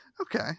Okay